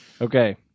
okay